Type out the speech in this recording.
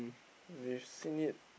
we've seen it